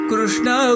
Krishna